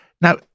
Now